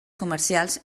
comercials